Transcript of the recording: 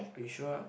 you sure ah